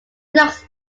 looks